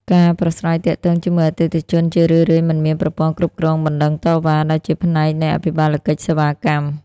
ការប្រាស្រ័យទាក់ទងជាមួយអតិថិជនជារឿយៗមិនមានប្រព័ន្ធគ្រប់គ្រងបណ្ដឹងតវ៉ា ដែលជាផ្នែកនៃអភិបាលកិច្ចសេវាកម្ម។